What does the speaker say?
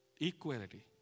equality